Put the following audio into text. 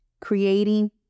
creating